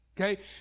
Okay